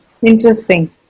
Interesting